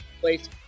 place